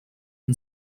can